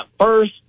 first